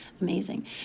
amazing